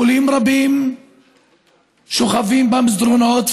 חולים רבים שוכבים במסדרונות